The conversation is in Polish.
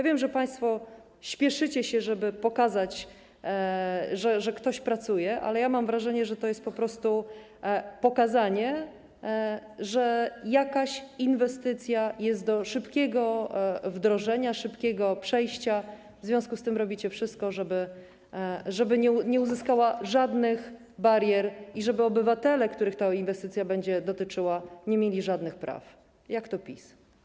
Wiem, że państwo spieszycie się, żeby pokazać, że ktoś pracuje, ale mam wrażenie, że to jest po prostu pokazanie, że jakaś inwestycja jest do szybkiego wdrożenia, szybkiego przejścia, i w związku z tym robicie wszystko, żeby nie było tu żadnych barier i żeby obywatele, których ta inwestycja będzie dotyczyła, nie mieli żadnych praw - jak to PiS.